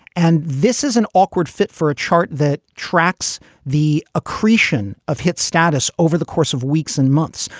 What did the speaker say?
and this is an awkward fit for a chart that tracks the accretion of hit status over the course of weeks and months.